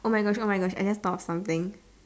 oh my gosh oh my gosh I just thought of something